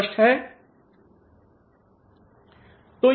स्पष्ट है